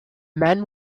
man